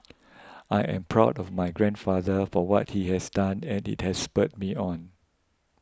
I am proud of my grandfather for what he has done and it has spurred me on